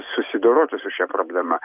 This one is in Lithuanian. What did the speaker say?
susidoroti su šia problema